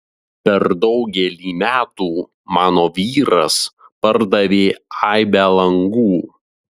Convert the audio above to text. per daugelį metų mano vyras pardavė aibę langų